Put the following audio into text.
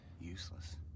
Useless